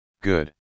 Good